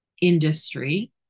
industry